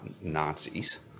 Nazis